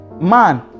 man